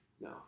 no